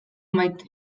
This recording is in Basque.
maite